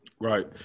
Right